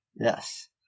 Yes